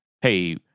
hey